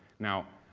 now,